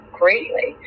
greatly